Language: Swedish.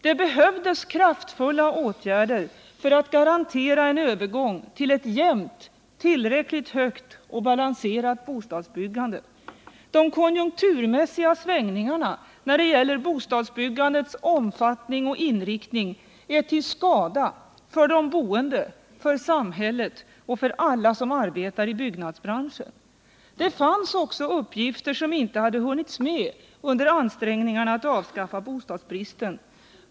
Det behövdes kraftfulla åtgärder för att garantera en övergång till ett jämnt, tillräckligt högt och balanserat bostadsbyggande. De konjunkturmässiga svängningarna när det gäller bostadsbyggandets omfattning och inriktning är till skada för de boende, för samhället och för alla dem som arbetar i byggnadsbranschen. Det fanns också uppgifter som inte hade hunnits med under ansträngningarna att avskaffa bostadsbristen.